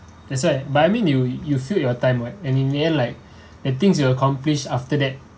that's why but I mean you you filled your time right and in the end like the things you accomplished after that